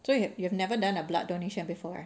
so you've you've never done a blood donation before right